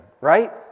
right